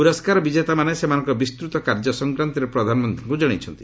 ପୁରସ୍କାର ବିଜେତାମାନେ ସେମାନଙ୍କର ବିସ୍ତୂତ କାର୍ଯ୍ୟ ସଂକ୍ରାନ୍ତରେ ପ୍ରଧାନମନ୍ତ୍ରୀଙ୍କୁ ଜଣାଇଛନ୍ତି